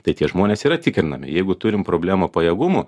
tai tie žmonės yra tikrinami jeigu turim problemą pajėgumų